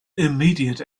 immediate